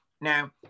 Now